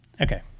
Okay